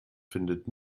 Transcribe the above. findet